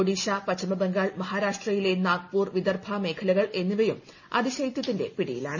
ഒഡീഷ പശ്ചിമ ബംഗാൾ മഹാരാഷ്ട്രയിലെ നാഗ്പൂർ വിദർഭ മേഖലകൾ എന്നിവയും അതിശൈത്യത്തിന്റെ പിടിയിലാണ്